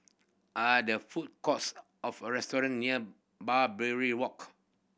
are there food courts of a restaurant near Barbary Walk